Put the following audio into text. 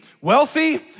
wealthy